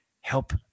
help